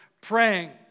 praying